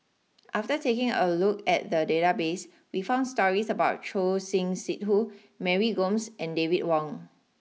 after taking a look at the database we found stories about Choor Singh Sidhu Mary Gomes and David Wong